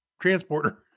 transporter